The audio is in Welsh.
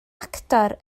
actor